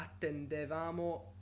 Attendevamo